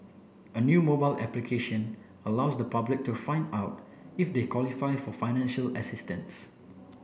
a new mobile application allows the public to find out if they qualify for financial assistance